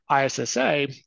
ISSA